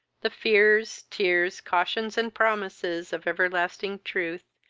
the fears, tears, cautions, and promises, of everlasting truth,